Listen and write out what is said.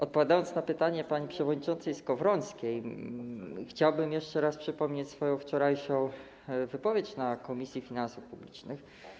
Odpowiadając na pytanie pani przewodniczącej Skowrońskiej, chciałbym jeszcze raz przypomnieć swoją wczorajszą wypowiedź na posiedzeniu Komisji Finansów Publicznych.